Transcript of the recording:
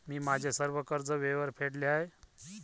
मी माझे सर्व कर्ज वेळेवर फेडले आहे